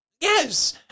Yes